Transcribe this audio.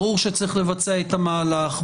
ברור שצריך לבצע את המהלך,